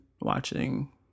watching